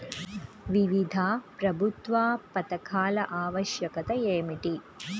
వివిధ ప్రభుత్వా పథకాల ఆవశ్యకత ఏమిటి?